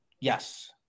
Yes